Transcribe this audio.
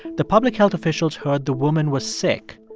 the public health officials heard the woman was sick,